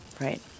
Right